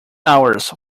hours